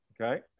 Okay